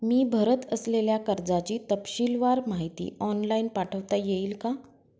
मी भरत असलेल्या कर्जाची तपशीलवार माहिती ऑनलाइन पाठवता येईल का?